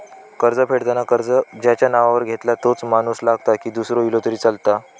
कर्ज फेडताना कर्ज ज्याच्या नावावर घेतला तोच माणूस लागता की दूसरो इलो तरी चलात?